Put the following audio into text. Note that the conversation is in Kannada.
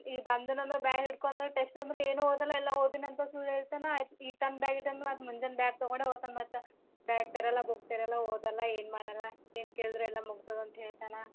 ಈಗ ಬಂದೇನ ಅಂದ್ರೆ ಬ್ಯಾಗ್ ಹಿಡ್ಕಂಡು ಟೆಸ್ಟ್ ಅಂದ್ರು ಏನು ಓದಲ್ಲ ಎಲ್ಲ ಓದಿನಿ ಅಂತ ಸುಳ್ಳು ಹೇಳ್ತಾನೆ ಆಯ್ತು ಈಗ ತಂದು ಬ್ಯಾಗ್ ಇಡೊನ್ ಅದು ಮುಂಜಾನೆ ಬ್ಯಾಗ್ ತಗೊಂಡೇ ಹೋತಾನೆ ಮತ್ತೆ ಬ್ಯಾಗ್ ತೆರೆಲ್ಲ ಬುಕ್ ತೆರೆಲ್ಲ ಓದಲ್ಲ ಏನು ಮಾಡಲ್ಲ ಏನು ಕೇಳಿದ್ರು ಎಲ್ಲ ಮುಗ್ದದೆ ಅಂತ ಹೇಳ್ತನೆ